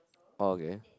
oh okay